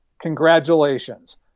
Congratulations